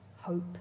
hope